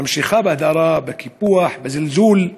וממשיכה בהדרה, בקיפוח, בזלזול.